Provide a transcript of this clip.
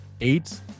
eight